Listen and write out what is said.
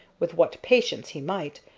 with what patience he might,